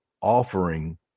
offering